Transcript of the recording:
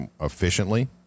efficiently